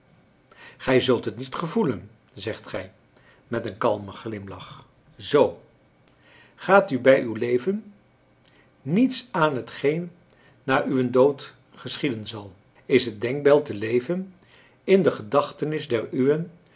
gij zult het niet gevoelen zegt gij met een kalmen glimlach zoo gaat u bij uw leven niets aan van hetgeen na uwen dood geschieden zal is het denkbeeld te leven in de gedachtenis der uwen